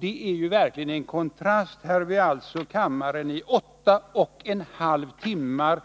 Det framstår verkligen som en kontrast att vi, efter det att kammaren i 8,5 timmar